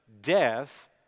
death